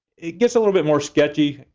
it gets a little bit more sketchy.